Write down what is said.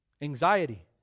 Anxiety